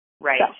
right